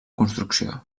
construcció